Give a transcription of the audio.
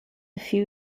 few